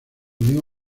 unió